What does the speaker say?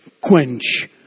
quench